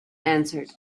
answered